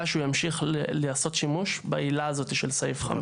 שהוא ימשיך לעשות שימוש בעילה הזאת של סעיף (5).